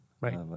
Right